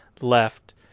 left